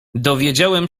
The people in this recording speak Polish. dowiedziałem